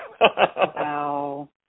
Wow